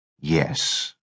Yes